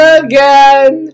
again